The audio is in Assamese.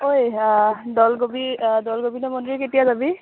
ঐ দৌলগোবি দৌল গোবিন্দ মন্দিৰ কেতিয়া যাবি